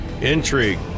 intrigue